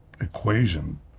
equation